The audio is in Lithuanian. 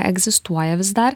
eigizstuoja vis dar